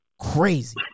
crazy